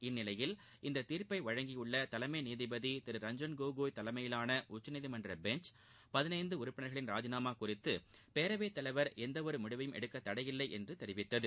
இந்நிலையில் இத்தீர்ப்பை வழங்கியுள்ள தலைமை நீதிபதி திரு ரஞ்சன்கோகோய் தலைமையிலான உச்சநீதிமன்ற பெஞ்ச் பதினைந்து உறுப்பினர்களின் ராஜினாமா குறித்து பேரவைத்தலைவர் எந்த ஒரு முடிவையும் எடுக்க தடையில்லை என்று தெரிவித்தது